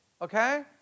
okay